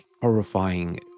horrifying